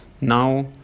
now